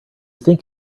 think